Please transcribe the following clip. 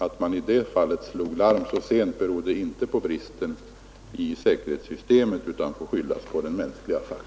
Att man i det fallet slog larm så sent, berodde inte på brister i säkerhetssystemet utan får skyllas på den mänskliga faktorn.